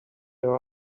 your